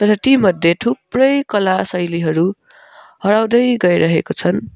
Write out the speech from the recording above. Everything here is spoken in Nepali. तर तीमध्ये थुप्रै कला शैलीहरू हराउँदै गइरहेको छन्